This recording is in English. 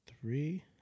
three